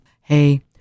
Hey